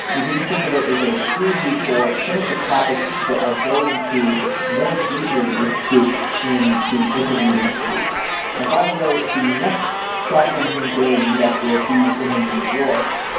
you can just think of it as a preview for some of the topics that i go into more deeply with soups in the interview next week and by the way, the next software engineering daily meetup will be in new york,